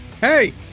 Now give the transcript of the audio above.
hey